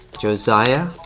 Josiah